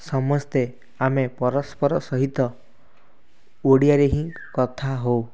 ସମସ୍ତେ ଆମେ ପରସ୍ପର ସହିତ ଓଡ଼ିଆରେ ହିଁ କଥା ହେଉ